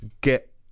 get